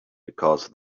because